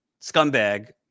scumbag